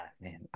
man